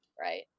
right